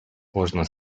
кожна